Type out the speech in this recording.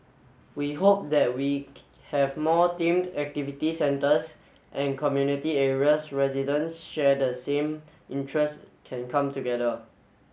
we hope that we have more themed activity centres and community areas residents share the same interest can come together